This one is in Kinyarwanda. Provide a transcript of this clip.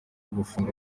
gufunga